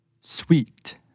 sweet